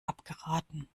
abgeraten